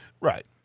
Right